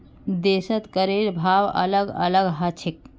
देशत करेर भाव अलग अलग ह छेक